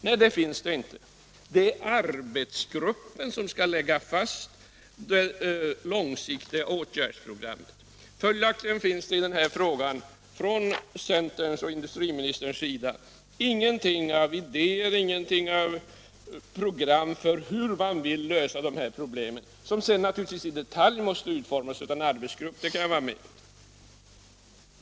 Nej, det finns det inte! Det är arbetsgruppen som skall lägga fast det långsiktiga åtgärdsprogrammet. Följaktligen har varken centern eller industriministern någonting av idéer eller program för en lösning av de här problemen. Jag kan naturligtvis hålla med om att ett program i detalj sedan måste utarbetas av en arbetsgrupp.